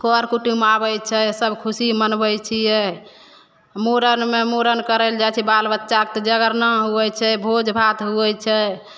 करकुटुम्ब आबै छै सब खुशी मनबै छियै मूड़नमे मूड़न करैलए जाइ छी बाल बच्चाके तऽ जगरना होइ छै भोज भात होइ छै